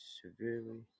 severely